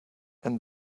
and